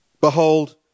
Behold